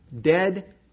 dead